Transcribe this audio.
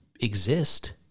exist